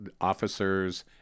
officers